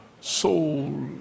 soul